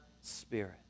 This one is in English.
Spirit